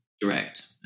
direct